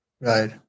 Right